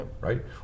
right